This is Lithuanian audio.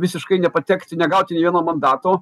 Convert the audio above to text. visiškai nepatekti negauti nė vieno mandato